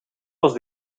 was